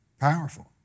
Powerful